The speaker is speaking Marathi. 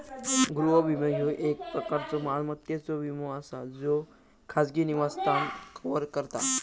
गृह विमो, ह्यो एक प्रकारचो मालमत्तेचो विमो असा ज्यो खाजगी निवासस्थान कव्हर करता